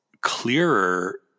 clearer